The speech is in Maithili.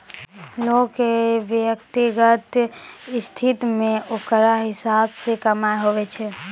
लोग के व्यक्तिगत स्थिति मे ओकरा हिसाब से कमाय हुवै छै